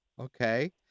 Okay